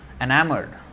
enamored